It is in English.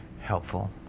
helpful